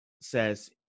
says